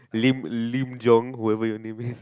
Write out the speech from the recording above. Lim Lim Jung whoever your name is